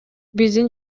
биздин